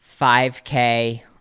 5k